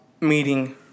meeting